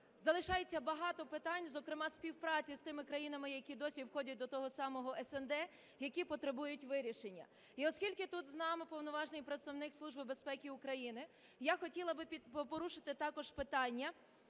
залишається багато питань, зокрема співпраці з тими країнами, які й досі входять до того самого СНД, які потребують вирішення. І оскільки тут з нами повноважний представник Служби безпеки України, я хотіла би порушити також питання